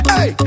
Hey